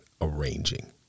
arranging